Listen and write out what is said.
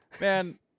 man